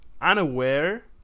unaware